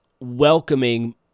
welcoming